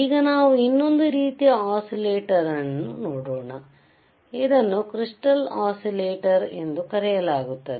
ಈಗ ನಾವು ಇನ್ನೊಂದು ರೀತಿಯ ಒಸಿಲೇಟಾರ್ ನೋಡೋಣ ಇದನ್ನು ಕ್ರಿಸ್ಟಾಲ್ ಒಸಿಲೇಟಾರ್ ಎಂದು ಕರೆಯಲಾಗುತ್ತದೆ